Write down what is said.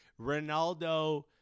Ronaldo